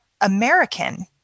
American